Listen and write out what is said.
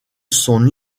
son